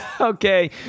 Okay